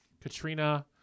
Katrina